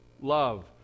love